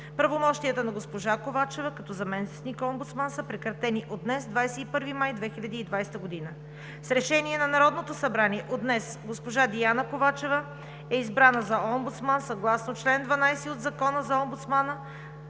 Правомощията на госпожа Ковачева като заместник-омбудсман са прекратени от днес – 21 май 2020 г. С Решение на Народното събрание от днес госпожа Диана Ковачева е избрана за омбудсман съгласно чл. 12 от Закона за омбудсмана.